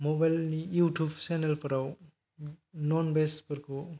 mobile नि YouTube channel फोराव नन भेज फोरखौ